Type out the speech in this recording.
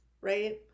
right